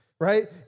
right